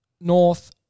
North